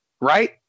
right